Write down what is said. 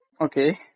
okay